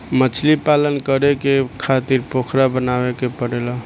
मछलीपालन करे खातिर पोखरा बनावे के पड़ेला